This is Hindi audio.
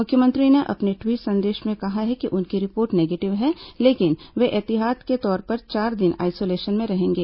मुख्यमंत्री ने अपने ट्वीट संदेश में कहा है कि उनकी रिपोर्ट निगेटिव है लेकिन वे एहतियात के तौर पर चार दिन आइसोलेशन में रहेंगे